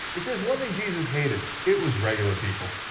if there was one thing jesus hated it was regular people.